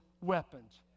weapons